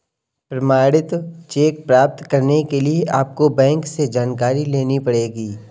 प्रमाणित चेक प्राप्त करने के लिए आपको बैंक से जानकारी लेनी पढ़ेगी